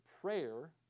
prayer